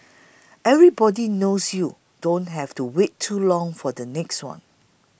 everybody knows you don't have to wait too long for the next one